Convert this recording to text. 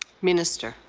minister.